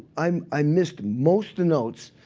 um i missed most the notes.